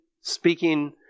speaking